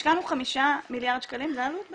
השקענו חמישה מיליארד שקלים, זו העלות בינתיים?